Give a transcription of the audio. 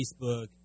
Facebook